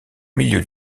milieu